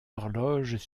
horloges